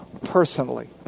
personally